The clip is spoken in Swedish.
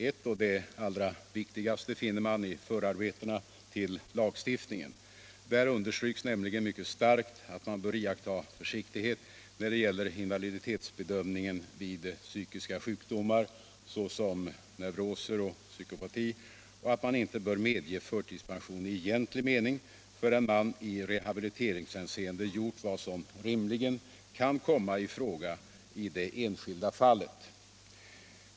Ett, och det allra viktigaste, finner man i förarbetena till lagstiftningen. Där understryks nämligen mycket starkt att man bör iaktta försiktighet när det gäller invaliditetsbedömningen vid psykiska sjukdomar, såsom neuroser och psykopati, och att man inte bör medge förtidspension i egentlig mening förrän man i rehabiliteringshänseende gjort vad som rimligen kan komma i fråga i det enskilda fallet.